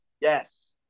Yes